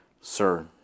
Sir